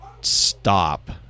stop